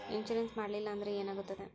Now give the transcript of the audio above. Insurance ಮಾಡಲಿಲ್ಲ ಅಂದ್ರೆ ಏನಾಗುತ್ತದೆ?